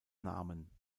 namen